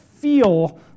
feel